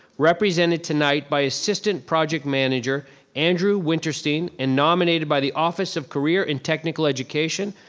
represented tonight by assistant project manager andrew winterstein and nominated by the office of career and technical education,